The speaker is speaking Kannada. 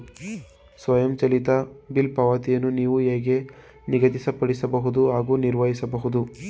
ಸ್ವಯಂಚಾಲಿತ ಬಿಲ್ ಪಾವತಿಗಳನ್ನು ನೀವು ಹೇಗೆ ನಿಗದಿಪಡಿಸಬಹುದು ಮತ್ತು ನಿರ್ವಹಿಸಬಹುದು?